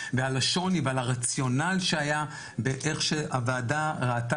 ועל השוני ועל הרציונל שהיה באיך שהוועדה ראתה